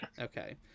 Okay